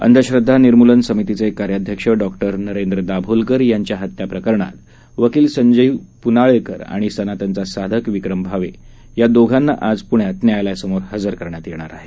अंधश्रद्वा निर्मूलन समितीचे कार्याध्यक्ष डॉक्टर नरेंद्र दाभोलकर यांच्या हत्या प्रकरणात वकील संजीव पुनाळेकर आणि सनातनचा साधक विक्रम भावे या दोघांना आज पूण्यात न्यायालयासमोर हजर करण्यात येणार आहे